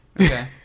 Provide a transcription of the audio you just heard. Okay